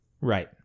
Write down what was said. Right